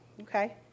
Okay